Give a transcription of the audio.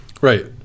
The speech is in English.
Right